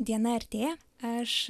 diena artėja aš